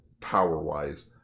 power-wise